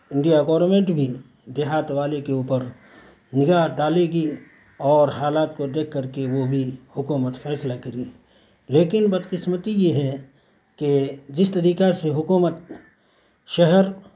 India government بھی دیہات والے کے اوپر نگاہ ڈالے گی اور حالات کو دیکھ کر کے وہ بھی حکومت فیصلہ کری لیکن بدقسمتی یہ ہے کہ جس طریقہ سے حکومت شہر